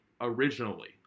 originally